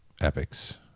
epics